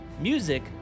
music